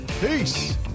Peace